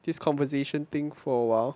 this conversation thing for awhile